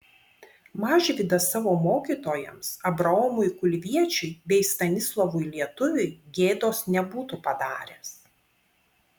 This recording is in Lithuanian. mažvydas savo mokytojams abraomui kulviečiui bei stanislovui lietuviui gėdos nebūtų padaręs